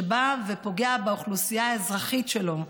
שבא ופוגע באוכלוסייה האזרחית שלו,